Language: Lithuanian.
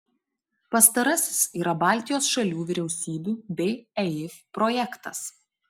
pastarasis yra baltijos šalių vyriausybių bei eif projektas